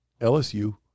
LSU